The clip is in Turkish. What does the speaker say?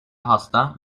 hasta